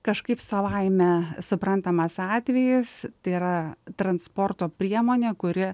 kažkaip savaime suprantamas atvejis tai yra transporto priemonė kuri